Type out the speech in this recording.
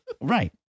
Right